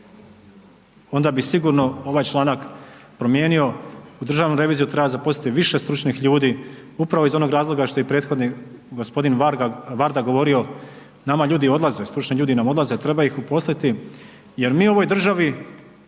onda bi sigurno ovaj članak promijenio u državnu reviziju treba zaposliti više stručnih ljudi upravo iz onih razloga što i prethodni gospodin Varga, Varda govori, nama ljudi odlaze, stručni ljudi nam odlaze, treba ih uposliti jer mi u ovoj državi